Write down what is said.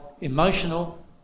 emotional